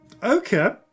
okay